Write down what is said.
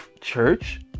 church